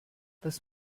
was